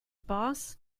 boss